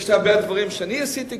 יש הרבה דברים שאני עשיתי כבר,